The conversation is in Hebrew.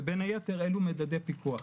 ובין היתר אילו מדדי פיקוח.